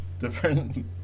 different